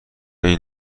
این